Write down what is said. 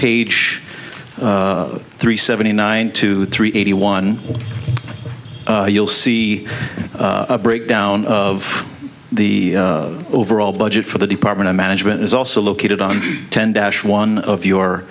page three seventy nine two three eighty one you'll see a breakdown of the overall budget for the department of management is also located on ten dash one of